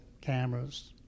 cameras